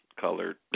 colored